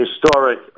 historic